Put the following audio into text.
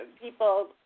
people